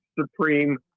Supreme